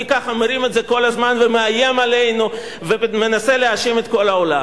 מי ככה מרים את זה כל הזמן ומאיים עלינו ומנסה להאשים את כל העולם?